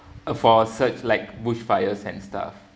uh for search like bush fires and stuff